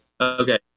okay